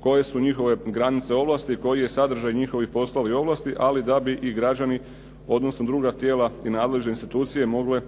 koje su njihove granice ovlasti, koji je sadržaj njihovih poslova i ovlasti. Ali da bi i građani, odnosno druga tijela i nadležne institucije mogle